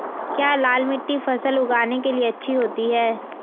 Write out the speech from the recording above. क्या लाल मिट्टी फसल उगाने के लिए अच्छी होती है?